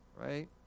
right